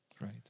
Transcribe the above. right